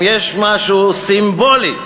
אם יש משהו סימבולי,